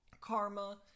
Karma